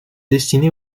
destiné